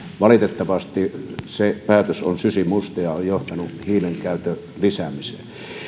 valitettavasti se päätös on sysimusta ja on johtanut hiilen käytön lisäämiseen